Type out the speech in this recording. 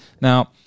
Now